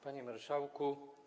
Panie Marszałku!